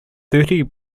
thirty